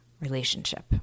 relationship